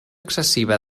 excessiva